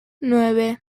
nueve